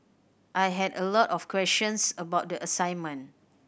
I had a lot of questions about the assignment